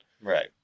right